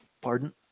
pardon